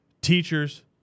teachers